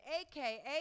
aka